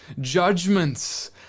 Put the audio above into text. judgments